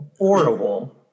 affordable